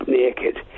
naked